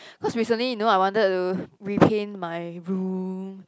cause recently you know I wanted to repaint my room